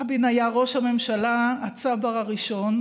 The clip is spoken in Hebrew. רבין היה ראש הממשלה הצבר הראשון.